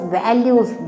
values